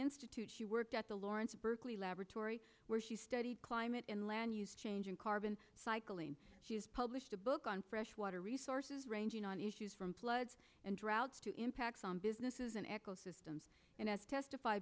institute she worked at the lawrence berkeley laboratory where she studied climate in land use change in carbon cycling she's published a book on freshwater resources ranging on issues from floods and droughts to impacts on business is an eco system and has testif